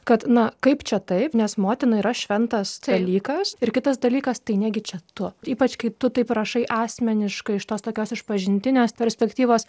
kad na kaip čia taip nes motina yra šventas dalykas ir kitas dalykas tai negi čia tu ypač kai tu taip rašai asmeniškai iš tos tokios išpažintinės perspektyvos